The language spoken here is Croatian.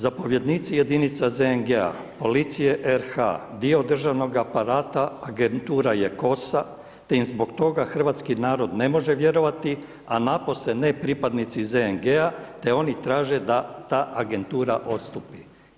Zapovjednici jedinice ZNG-a, policije RH, dio državnoga aparata, agentura je HOS-a te im zbog toga hrvatski narod ne može vjerovati a napose ne pripadnici ZNG-a te oni traži da ta agentura odstupi.